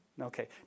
okay